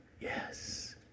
yes